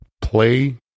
Play